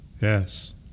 Yes